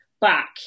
back